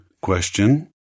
Question